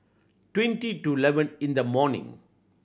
twenty to eleven in the morning